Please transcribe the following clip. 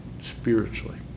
spiritually